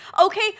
Okay